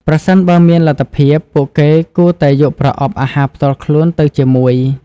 ប្រសិនបើមានលទ្ធភាព ពួកគេគួរតែយកប្រអប់អាហារផ្ទាល់ខ្លួនទៅជាមួយ។